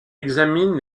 examine